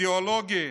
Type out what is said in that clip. אידיאולוגי,